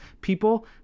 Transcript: people